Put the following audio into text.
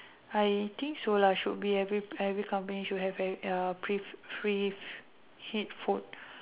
I think so lah should be every every company should have a pre pre preheat food